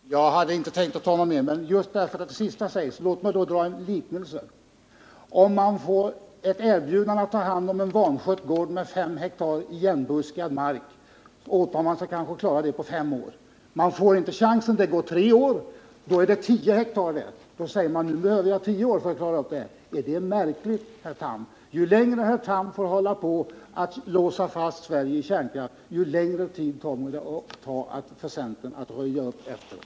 Herr talman! Jag hade inte tänkt begära ordet fler gånger, men låt mig med anledning av statsrådet Thams sista inlägg dra en liknelse. Om man får ett erbjudande att ta hand om en vanskött gård med fem hektar igenbuskad mark, åtar man sig kanske att klara det på fem år. Man får inte chansen. Det går tre år. Då är det fråga om tio hektar. Därför säger man: Nu behöver jag tio år för att klara upp det här. Det är självklart, herr Tham, att ju längre herr Tham får hålla på att låsa fast Sverige i kärnkraft, desto längre tid kommer det att ta för centern att röja upp efteråt.